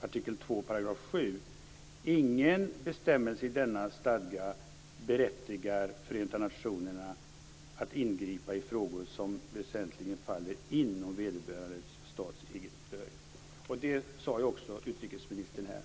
artikel 2 § 7, att: "ingen bestämmelse i denna stadga berättigar Förenta Nationerna att ingripa i frågor, som väsentligen falla inom vederbörande stats egen behörighet". Det sade ju också utrikesministern här.